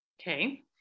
Okay